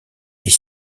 est